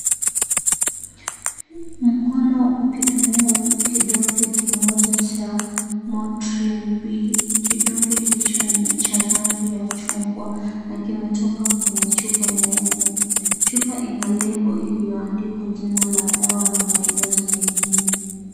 Mkono ukitumia kidonge kimoja cha motrine B kidonge hicho nicha rangi ya chungwa na kimetoka kwenye chupa nyeupe chupa ina lebo iliyoandikwa jina la dawa na maelezo mengine.